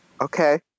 Okay